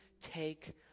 take